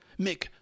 Mick